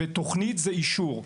תוכנית, זה אישור.